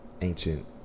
ancient